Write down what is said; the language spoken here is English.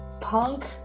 punk